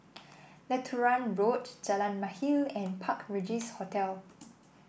Lutheran Road Jalan Mahir and Park Regis Hotel